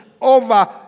over